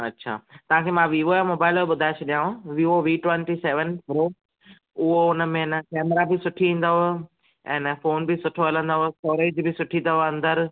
अच्छा तव्हांखे मां वीवो या मोबाइल ॿुधाइ छॾियाव Vivo V twenty seven pro उहो उनमें ए न केमेरा बि सुठी ईंदव ऐं न फ़ोन बि सुठो हलंदव स्टोरेज बि अथव अंदरि